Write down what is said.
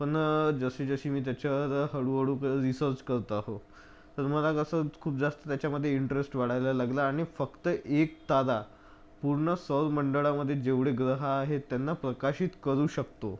पन जशी जशी मी त्याच्यावर हळूहळू करत रिसर्च करत आहो तर मला असं खूप जास्त त्याच्यामध्ये इंट्रेस्ट वाढायला लागला आणि फक्त एक तारा पूर्ण सौरमंडळामध्ये जेवढे ग्रह आहेत त्यांना प्रकाशित करू शकतो